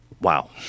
Wow